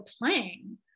playing